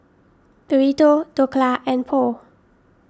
Burrito Dhokla and Pho